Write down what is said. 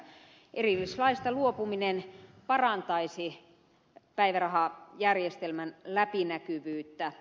erillislaista luopuminen parantaisi päivärahajärjestelmän läpinäkyvyyttä